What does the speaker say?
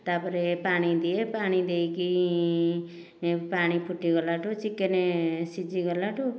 ତା'ପରେ ପାଣି ଦିଏ ପାଣି ଦେଇକି ପାଣି ଫୁଟିଗଲାଠୁ ଚିକେନ ସିଝି ଗଲାଠୁ